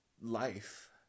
life